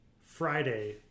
Friday